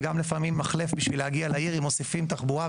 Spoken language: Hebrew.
וגם לפעמים מחלף בשביל להגיע לעיר אם מוסיפים תחבורה,